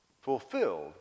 fulfilled